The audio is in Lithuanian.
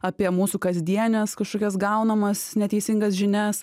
apie mūsų kasdienes kažkokias gaunamas neteisingas žinias